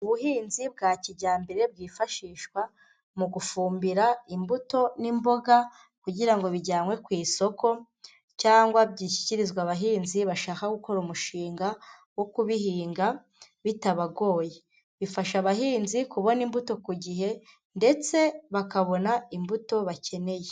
Ubuhinzi bwa kijyambere bwifashishwa mu gufumbira imbuto n'imboga kugira ngo bijyanwe ku isoko cyangwa bishyikirizwe abahinzi bashaka gukora umushinga wo kubihinga bitabagoye, bifasha abahinzi kubona imbuto ku gihe ndetse bakabona imbuto bakeneye.